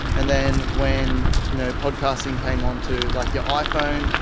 and then when you know podcasting came on to like your iphone,